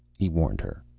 he warned her.